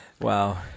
Wow